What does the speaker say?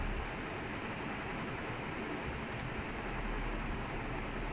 no the thing is if you swab D arthur for someone better right